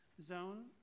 zone